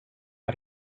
got